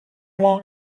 long